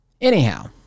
anyhow